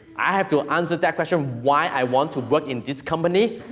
i have to answer that question, why i want to work in this company,